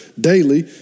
daily